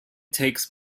takes